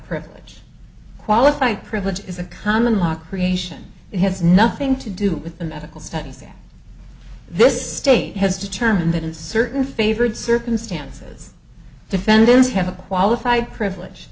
privilege qualified privilege is a common law creation it has nothing to do with the medical studies that this state has determined that in certain favored circumstances defendants have a qualified privilege